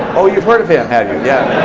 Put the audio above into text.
oh, you've heard of him, have you? yeah.